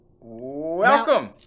Welcome